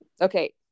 Okay